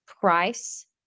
price